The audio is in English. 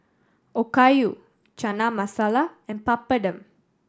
Okayu Chana Masala and Papadum